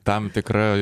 tam tikra